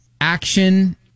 action